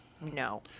No